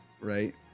Right